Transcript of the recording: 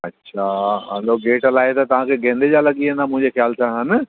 अच्छा hello gate लाइ त तव्हांखे गेंदे जा लॻी वेंदा मुंहिंजे ख्याल सां हा न